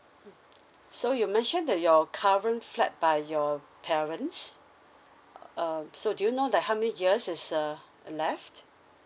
mm so you mentioned that your current flat by your parents uh um so do you know like how many years is uh left